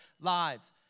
lives